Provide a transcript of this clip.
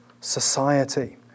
society